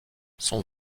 son